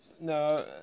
No